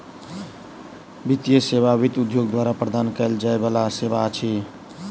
वित्तीय सेवा वित्त उद्योग द्वारा प्रदान कयल जाय बला सेवा अछि